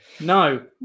No